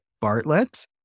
Bartlett